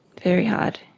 very hard.